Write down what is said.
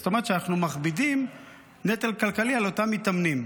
זאת אומרת שאנחנו מכבידים נטל כלכלי על אותם מתאמנים.